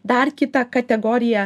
dar kitą kategoriją